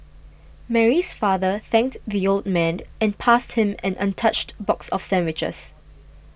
Mary's father thanked the old man and passed him an untouched box of sandwiches